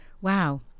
Wow